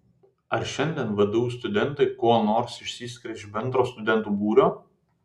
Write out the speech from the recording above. ar šiandien vdu studentai kuo nors išsiskiria iš bendro studentų būrio